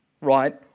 right